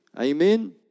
Amen